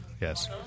yes